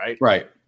right